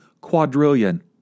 quadrillion